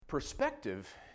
Perspective